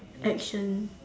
action